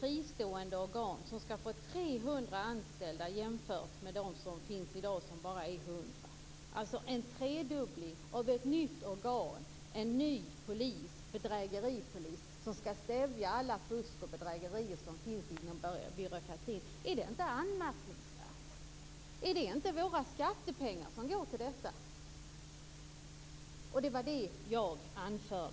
fristående organ skall få 300 anställda. I dag är de bara 100. Det är alltså en tredubbling i ett nytt organ, en ny bedrägeripolis som skall stävja allt fusk och alla bedrägerier inom byråkratin. Är det inte anmärkningsvärt? Är det inte våra skattepengar som går till detta? Det var det jag anförde.